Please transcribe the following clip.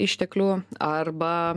išteklių arba